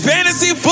Fantasy